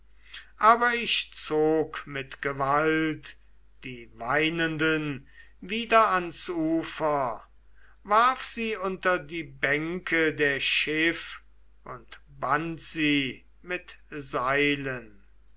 aber ich zog mit gewalt die weinenden wieder ans ufer warf sie unter die bänke der schiff und band sie mit seilen